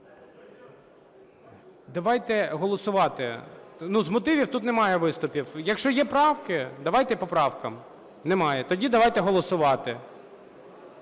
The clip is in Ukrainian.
Давайте голосувати. Ну, з мотивів тут немає виступів. Якщо є правки, давайте по правкам. Немає. Тоді давайте голосувати.